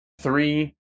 three